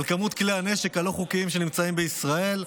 מספר כלי הנשק הלא-חוקיים שנמצאים בישראל,